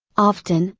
often,